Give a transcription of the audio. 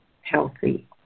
healthy